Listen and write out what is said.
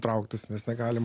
trauktis mes negalim